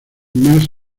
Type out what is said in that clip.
más